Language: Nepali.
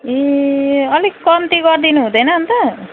ए अलिक कम्ती गरिदिनु हुँदैन अनि त